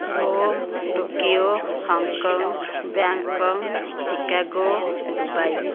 Rome Tokyo Hong Kong Bangkok Chicago Dubai